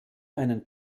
einen